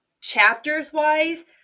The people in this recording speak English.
chapters-wise